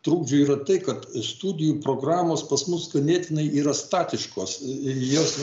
trukdžių yra tai kad studijų programos pas mus ganėtinai yra statiškos jos